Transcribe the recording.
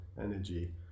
energy